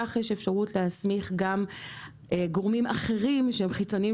כך יש אפשרות להסמיך גם גורמים אחרים שהם חיצוניים